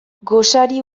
gosari